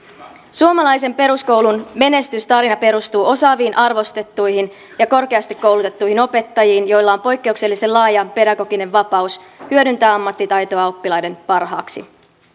suomalaisen peruskoulun menestystarina perustuu osaaviin arvostettuihin ja korkeasti koulutettuihin opettajiin joilla on poikkeuksellisen laaja pedagoginen vapaus hyödyntää ammattitaitoaan oppilaiden parhaaksi